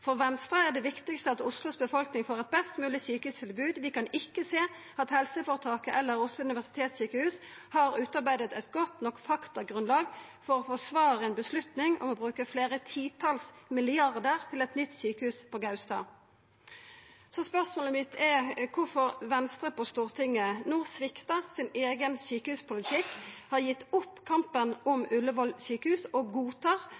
«For Venstre er det viktigste at Oslos befolkning får et best mulig sykehustilbud. Vi kan ikke se at helseforetaket eller Oslo Universitetssykehus har utarbeidet et godt nok faktagrunnlag for å forsvare en beslutning om å bruke flere titalls milliarder på et nytt sykehus på Gaustad.» Spørsmålet mitt er kvifor Venstre på Stortinget no sviktar sin eigen sjukehuspolitikk, har gitt opp kampen om Ullevål sjukehus og